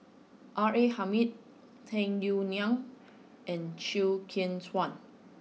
R A Hamid Tung Yue Nang and Chew Kheng Chuan